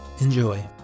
Enjoy